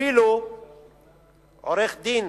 אפילו עורך-דין